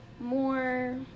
more